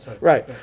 right